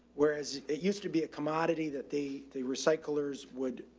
whereas it used to be a commodity that the, the recyclers would, ah,